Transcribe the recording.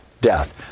death